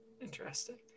Interesting